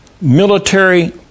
military